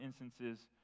instances